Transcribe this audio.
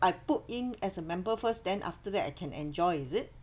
I put in as a member first then after that I can enjoy is it